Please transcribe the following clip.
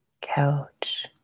couch